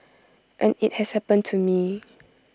and IT has happened to me